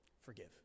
Forgive